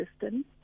distance